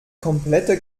komplette